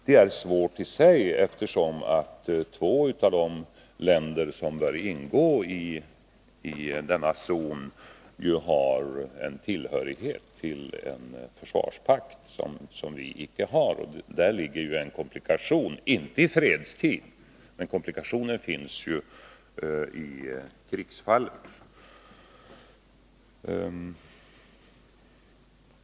Det är svårt i sig, eftersom två av de länder som bör ingå i denna zon tillhör en försvarspakt som vi icke tillhör. Däri ligger en komplikation, inte i fredstid men väl i händelse av krig.